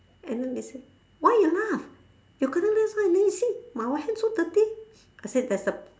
and then they say why you laugh your contact lens why you lose it my so dirty I say there's a